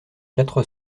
quatre